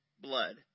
blood